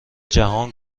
جهان